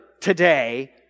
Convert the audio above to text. today